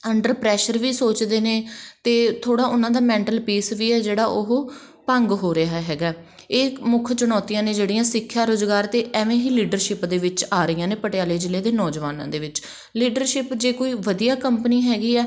under pressure ਵੀ ਸੋਚਦੇ ਨੇ ਅਤੇ ਥੋੜ੍ਹਾ ਉਹਨਾਂ ਦਾ ਮੈਂਟਲ ਪੀਸ ਵੀ ਹੈ ਜਿਹੜਾ ਉਹ ਭੰਗ ਹੋ ਰਿਹਾ ਹੈਗਾ ਇਹ ਮੁੱਖ ਚੁਣੌਤੀਆਂ ਨੇ ਜਿਹੜੀਆਂ ਸਿੱਖਿਆ ਰੁਜ਼ਗਾਰ 'ਤੇ ਐਵੇਂ ਹੀ ਲੀਡਰਸ਼ਿਪ ਦੇ ਵਿੱਚ ਆ ਰਹੀਆਂ ਨੇ ਪਟਿਆਲੇ ਜ਼ਿਲ੍ਹੇ ਦੇ ਨੌਜਵਾਨਾਂ ਦੇ ਵਿੱਚ ਲੀਡਰਸ਼ਿਪ ਜੇ ਕੋਈ ਵਧੀਆ ਕੰਪਨੀ ਹੈਗੀ ਹੈ